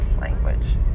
language